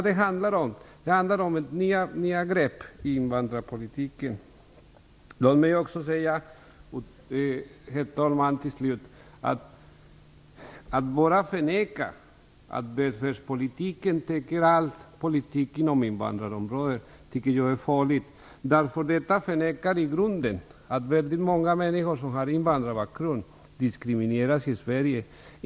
Det handlar alltså om nya grepp i invandrarpolitiken. Herr talman! Låt mig slutligen säga att jag tycker att det är farligt att bara förneka att välfärdspolitiken inte täcker allt på invandrarområdet, därför att detta i grunden förnekar att väldigt många människor med invandrarbakgrund diskrimineras i Sverige.